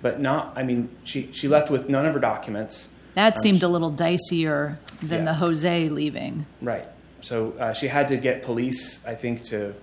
but not i mean she she left with no never documents that seemed a little dicier then the jose leaving right so she had to get police i think to